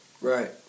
Right